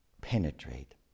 penetrate